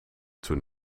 toen